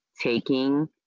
taking